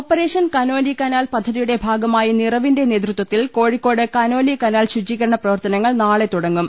operation Canoli Canal പദ്ധതിയുടെ ഭാഗമായി നിറവിന്റെ നേതൃത്വത്തിൽ കോഴിക്കോട് കനോലി കനാൽ ശുചീകരണ പ്രവർത്തനങ്ങൾ നാളെ തുടങ്ങും